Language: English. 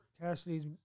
Cassidy's